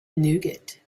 nougat